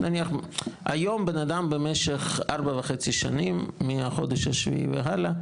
נניח היום בן אדם במשך ארבע וחצי שנים מהחודש ה-שביעי והלאה,